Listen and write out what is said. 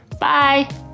Bye